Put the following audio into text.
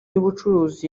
y’ubucuruzi